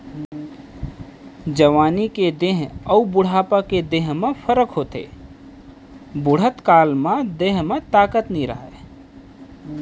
जवानी के देंह अउ बुढ़ापा के देंह म फरक होथे, बुड़हत काल म देंह म ताकत नइ रहय